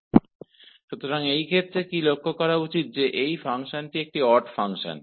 तो इस केस में यह ध्यान रखने योग्य बात है कि यह फंक्शन एक ऑड फंक्शन है